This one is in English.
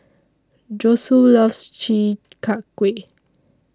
Josue loves Chi Kak Kuih